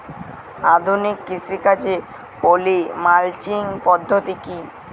আধুনিক কৃষিকাজে poly mulching পদ্ধতি কি?